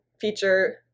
feature